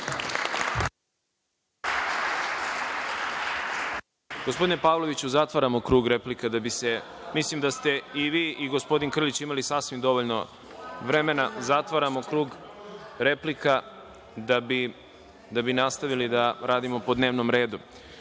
Gospodine Pavloviću, zatvaramo krug replika, mislim da ste i vi i gospodin Krlić imali sasvim dovoljno vremena. Zatvaramo krug replika da bi nastavili da radimo po dnevnom